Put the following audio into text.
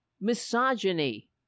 misogyny